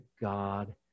God